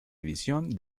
edición